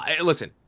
Listen